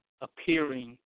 appearing